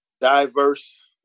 diverse